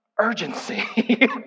urgency